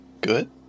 good